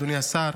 אדוני השר,